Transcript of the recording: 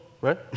right